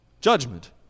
Judgment